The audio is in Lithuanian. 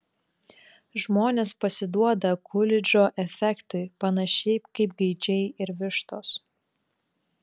žmonės pasiduoda kulidžo efektui panašiai kaip gaidžiai ir vištos